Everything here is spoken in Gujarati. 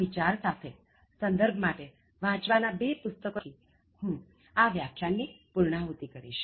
આ વિચાર સાથે સંદર્ભ માટે વાંચવાના બે પુસ્તકો ના ઉલ્લેખ થકી હું આ વ્યાખ્યાન ની પૂર્ણાહૂતિ કરીશ